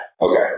Okay